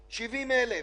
ינואר-אפריל,